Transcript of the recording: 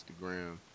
Instagram